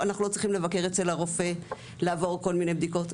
אנחנו לא צריכים לבקר אצל הרופא לעבור כל מיני בדיקות.